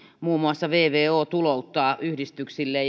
muun muassa vvo tulouttaa yhdistyksille